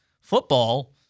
Football